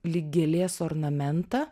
lyg gėlės ornamentą